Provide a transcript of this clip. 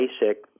basic